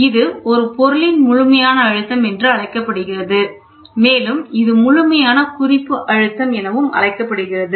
இது ஒரு பொருளின் முழுமையான அழுத்தம் என்று அழைக்கப்படுகிறது மேலும் இது முழுமையான குறிப்பு அழுத்தம் எனவும் அழைக்கப்படுகிறது